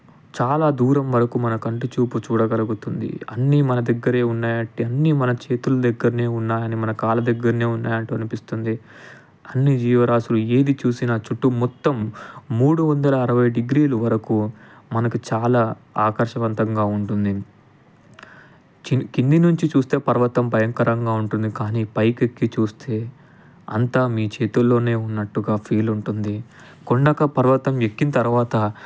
చాలా దూరం వరకు మన కంటి చూపు చూడగలుగుతుంది అన్ని మన దగ్గరే ఉన్నాయి అన్నట్టు అన్ని మన చేతులు దగ్గరనే ఉన్నాయని మన కాళ్ళ దగ్గరనే ఉన్నాయి అన్నట్టు అనిపిస్తుంది అన్ని జీవరాసులు ఏది చూసినా చుట్టూ మొత్తం మూడు వందల అరవై డిగ్రీల వరకు మనకు చాలా ఆకాశవంతంగా ఉంటుంది కింది నుంచి చూస్తే పర్వతం భయంకరంగా ఉంటుంది కానీ పైకెక్కి చూస్తే అంతా మీ చేతుల్లోనే ఉన్నట్టుగా ఫీల్ ఉంటుంది కొండకు పర్వతం ఎక్కిన తర్వాత